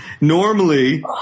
Normally